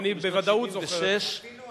אנחנו בשנת 1976 פונינו משם.